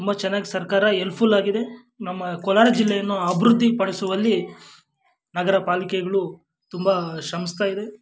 ತುಂಬ ಚೆನ್ನಾಗಿ ಸರ್ಕಾರ ಎಲ್ಪ್ಫುಲ್ಲಾಗಿದೆ ನಮ್ಮ ಕೋಲಾರ ಜಿಲ್ಲೆಯನ್ನು ಅಭಿವೃದ್ಧಿ ಪಡಿಸುವಲ್ಲಿ ನಗರ ಪಾಲಿಕೆಗಳು ತುಂಬ ಶ್ರಮಿಸ್ತಾ ಇದೆ